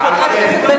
אם